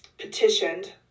petitioned